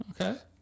okay